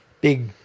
big